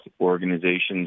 organizations